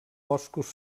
boscos